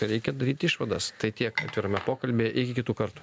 reikia daryti išvadas tai tiek atvirame pokalbyje iki kitų kartų